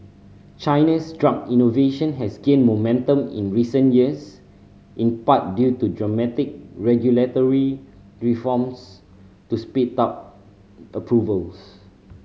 China's drug innovation has gained momentum in recent years in part due to dramatic regulatory reforms to speed up approvals